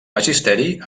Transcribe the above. magisteri